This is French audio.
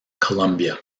columbia